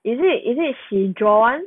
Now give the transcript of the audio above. is it is it she draw [one]